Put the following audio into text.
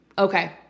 Okay